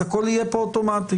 הכול יהיה כאן אוטומטי.